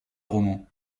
roman